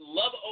love